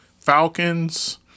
Falcons